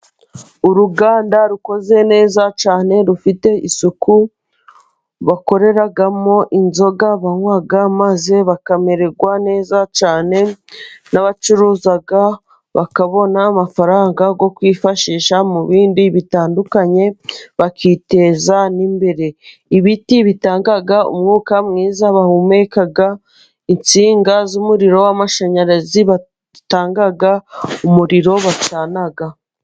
Uruganda rukoze neza cyane rufite isuku, bakoreramo inzoga banywa, maze bakamererwa neza cyane, n'abacuruza bakabona amafaranga yo kwifashisha mu bindi bitandukanye, bakiteza n'imbere. Ibiti bitanga umwuka mwiza bahumeka, insinga z'umuriro w'amashanyarazi zitanga umuriro bacana.